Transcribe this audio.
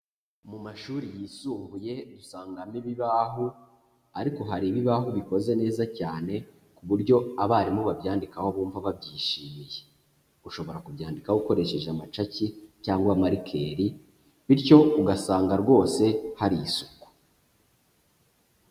Mu mashuri yisumbuye usangamo ibibaho, ariko hari ibibaho bikoze neza cyane, ku buryo abarimu babyandikaho bumva babyishimiye . Ushobora kubyandika ukoresheje amacaki cyangwa marikeri bityo ugasanga rwose hari isuku.